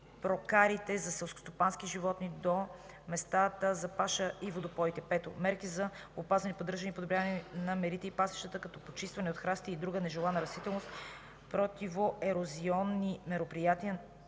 прокарите за селскостопански животни до местата за паша и водопоите; 5. мерки за опазване, поддържане и подобряване на мерите и пасищата, като почистване от храсти и друга нежелана растителност, противоерозионни мероприятия,